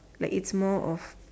like it's more of